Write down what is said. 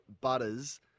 Butters